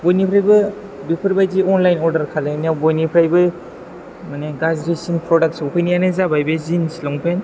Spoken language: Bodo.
बयनिफ्रायबो बेफोरबादि अन्लाइन अर्डार खालायनायाव बयनिफ्रायबो माने गाज्रिसिन प्रडाक सौफैनायानो जाबाय बे जिन्स लंपेन्ट